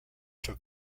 took